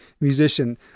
musician